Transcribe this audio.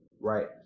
right